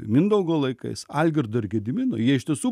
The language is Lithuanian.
mindaugo laikais algirdo ir gedimino jie iš tiesų